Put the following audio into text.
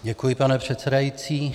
Děkuji, pane předsedající.